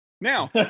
Now